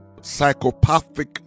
psychopathic